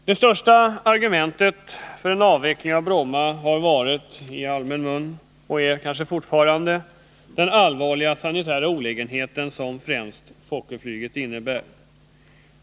Det främsta argumentet för en avveckling av Bromma har varit — och är kanske fortfarande — den allvarliga sanitära olägenhet som främst Fokkerflyget innebär.